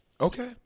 Okay